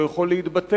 לא יכול להתבטא.